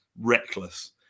reckless